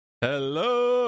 hello